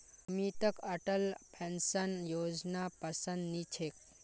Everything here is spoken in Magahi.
अमितक अटल पेंशन योजनापसंद नी छेक